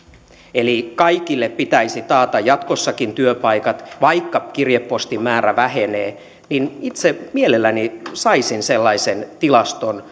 eli kaikille pitäisi taata jatkossakin työpaikat vaikka kirjepostin määrä vähenee niin itse mielelläni ottaisin sellaisen tilaston